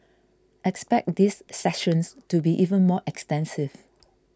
expect these sessions to be even more extensive